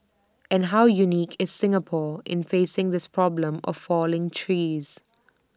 and how unique is Singapore in facing this problem of falling trees